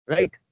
Right